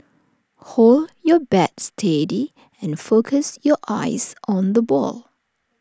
hold your bat steady and focus your eyes on the ball